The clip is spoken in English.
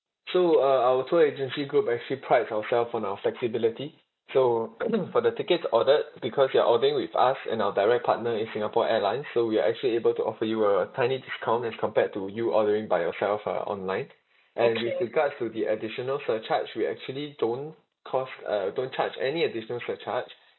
so uh our tour agency group actually prides ourselves on our flexibility so for the tickets ordered because you are ordering with us and our direct partner is singapore airlines so we are actually able to offer you a tiny discount as compared to you ordering by yourself uh online and with regards to the additional surcharge we actually don't cost uh don't charge any additional surcharge